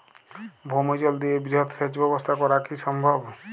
ভৌমজল দিয়ে বৃহৎ সেচ ব্যবস্থা করা কি সম্ভব?